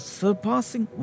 surpassing